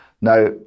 Now